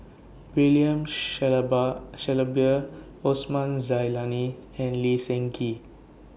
William Shellaber Shellabear Osman Zailani and Lee Seng Gee